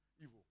evil